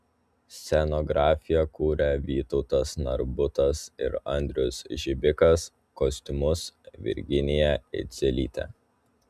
scenografiją kūrė vytautas narbutas ir andrius žibikas kostiumus virginija idzelytė